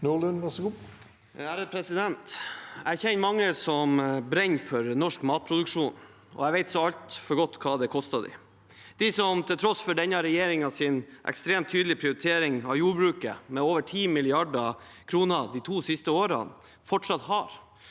(komiteens le- der): Jeg kjenner mange som brenner for norsk matproduksjon, og jeg vet så altfor godt hva det koster dem. Det er de som til tross for denne regjeringens ekstremt tydelige prioritering av jordbruket, med over 10 mrd. kr de to siste årene, fortsatt har